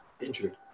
injured